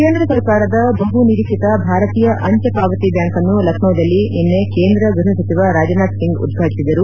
ಕೇಂದ್ರ ಸರ್ಕಾರದ ಬಹು ನಿರೀಕ್ಷಿತ ಭಾರತೀಯ ಅಂಚೆ ಪಾವತಿ ಬ್ಯಾಂಕನ್ನು ಲಕ್ಷಿದಲ್ಲಿ ನಿನ್ನೆ ಕೇಂದ್ರ ಗೃಹ ಸಚಿವ ರಾಜನಾಥ್ ಸಿಂಗ್ ಉದ್ಘಾಟಿಸಿದರು